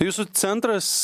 jūsų centras